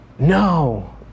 No